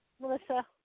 Melissa